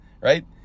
right